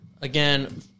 Again